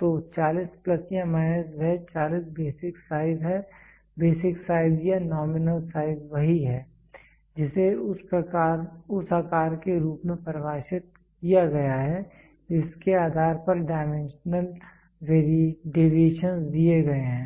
तो 40 प्लस या माइनस वह 40 बेसिक साइज है बेसिक साइज या नॉमिनल साइज वही है जिसे उस आकार के रूप में परिभाषित किया गया है जिसके आधार पर डाइमेंशनल डेविएशन दिए गए हैं